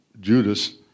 Judas